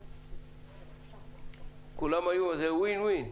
זה וין-וין.